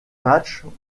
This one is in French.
matchs